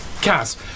Cass